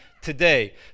today